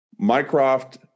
Mycroft